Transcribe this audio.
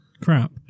crap